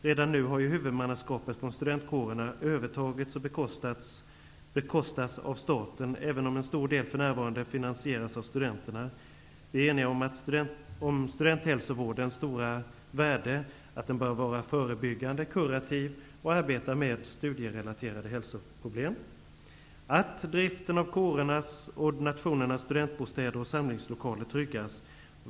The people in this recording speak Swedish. Redan nu har ju huvudmannaskapet från studentkårerna övertagits och bekostas av staten, även om en stor del för närvarande finansieras av studenterna. Vi är eniga om studenthälsovårdens stora värde och om att den bör vara förebyggande, kurativ och arbeta med studierelaterade hälsoproblem. --att driften av kårernas och nationernas studentbostäder och samlingslokaler skall tryggas.